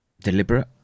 Deliberate